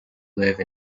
live